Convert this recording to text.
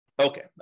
Okay